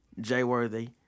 J-Worthy